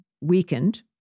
weakened